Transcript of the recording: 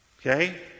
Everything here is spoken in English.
Okay